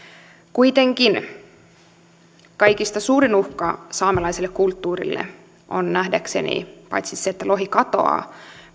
kuitenkin kaikista suurin uhka saamelaiselle kulttuurille on nähdäkseni paitsi se että lohi katoaa